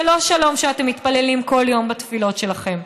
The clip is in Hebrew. ולא שלום שאתם מתפללים כל יום בתפילות שלכם,